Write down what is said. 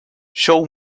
show